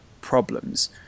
problems